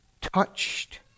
touched